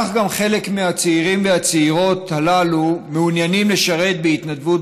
כך גם חלק מהצעירים והצעירות הללו מעוניינים לשרת בהתנדבות